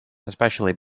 especially